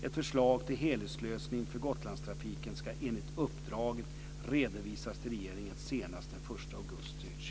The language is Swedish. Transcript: Ett förslag till helhetslösning för Gotlandstrafiken ska enligt uppdraget redovisas till regeringen senast den 1